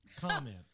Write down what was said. comment